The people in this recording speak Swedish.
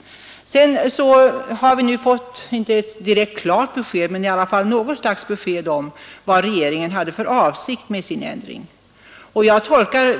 Nu har vi emellertid genom statsrådets senaste inlägg fått något slags besked om vad regeringen hade för avsikt med sin ändring, och jag